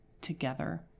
together